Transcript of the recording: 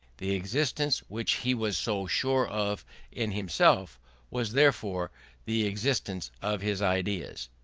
the existence which he was so sure of in himself was therefore the existence of his ideas.